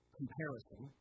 comparison